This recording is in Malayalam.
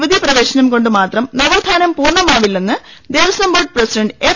ശബരിമല യുവതി പ്രവേശനം കൊണ്ട് മാത്രം നവോത്ഥാനം പൂർണമാവില്ലെന്ന് ദേവസ്വം ബോർഡ് പ്രസിഡൻറ്റ് എ്